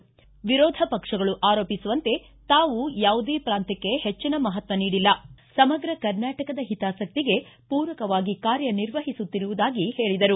ವಿರೋಧ ಪಕ್ಷಗಳು ಆರೋಪಿಸುವಂತೆ ತಾವು ಯಾವುದೇ ಪ್ರಾಂತ್ಯಕ್ಷ ಹೆಚ್ಚನ ಮಹತ್ವ ನೀಡಿಲ್ಲ ಸಮಗ್ರ ಕರ್ನಾಟಕದ ಹಿತಾಸಕ್ತಿಗೆ ಪೂರಕವಾಗಿ ಕಾರ್ಯ ನಿರ್ವಹಿಸುತ್ತಿರುವುದಾಗಿ ಹೇಳಿದರು